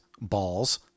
Balls